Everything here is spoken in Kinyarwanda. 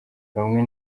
bamwe